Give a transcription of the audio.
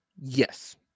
Yes